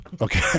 Okay